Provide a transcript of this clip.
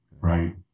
right